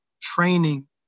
training